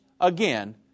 again